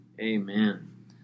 Amen